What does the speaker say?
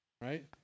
Right